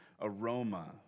aroma